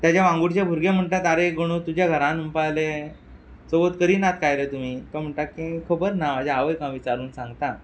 तेजे वांगुडचे भुरगे म्हणटात आरे गणू तुज्या घरांत म्हणपा लागले चवथ करिनात कांय रे तुमी तो म्हणटा की खबर ना म्हाज्या आवयक हांव विचारून सांगतां